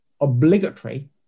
obligatory